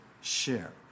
share